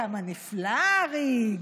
כמה נפלא האריג.